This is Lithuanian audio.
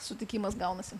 sutikimas gaunasi